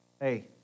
Hey